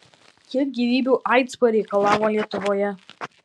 kiek gyvybių aids pareikalavo lietuvoje